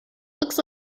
looks